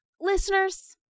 listeners